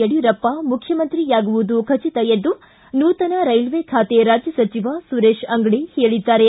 ಯಡಿಯೂರಪ್ಪ ಮುಖ್ಯಮಂತ್ರಿಯಾಗುವುದು ಖಚಿತ ಎಂದು ನೂತನ ರೈಲ್ವೆ ಖಾತೆ ರಾಜ್ಯ ಸಚಿವ ಸುರೇಶ್ ಅಂಗಡಿ ಹೇಳಿದ್ದಾರೆ